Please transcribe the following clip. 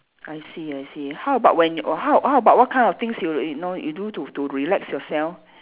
I see I see how about when or how how about what kind of things you you know you do to to relax yourself